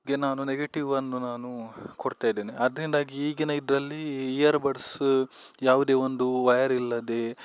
ಗೆ ನಾನು ನೆಗೆಟಿವನ್ನು ನಾನು ಕೊಡ್ತಾಯಿದ್ದೇನೆ ಅದರಿಂದಾಗಿ ಈಗಿನ ಇದರಲ್ಲಿ ಇಯರ್ ಬಡ್ಸ್ ಯಾವುದೇ ಒಂದು ವಯರಿಲ್ಲದೇ